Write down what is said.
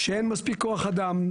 אין מספיק כוח אדם,